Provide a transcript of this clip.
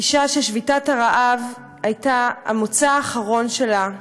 אישה ששביתת הרעב הייתה המוצא האחרון שלה,